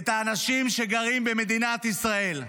את האנשים שגרים במדינת ישראל.